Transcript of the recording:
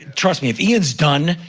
trust me, if he is done,